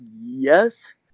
yes